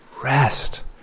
rest